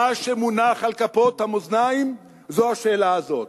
מה שמונח על כפות המאזניים זה השאלה הזאת,